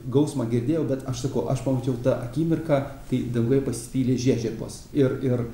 gausmą girdėjau bet aš sakau aš pamačiau tą akimirką kai danguje pasipylė žiežirbos ir ir